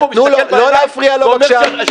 לא להפריע לו, בבקשה.